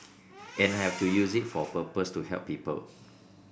and I have to use it for a purpose to help people